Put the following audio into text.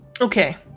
okay